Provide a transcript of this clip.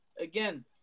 again